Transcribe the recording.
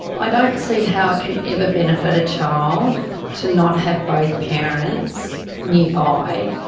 i don't see how it can ever benefit a child to not have both parents nearby,